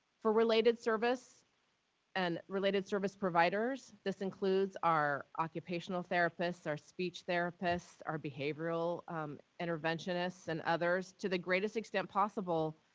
for related service and related service providers, this includes our occupational therapists, our speech therapists, our behavioral interventionists, and others, to the greatest extent possible,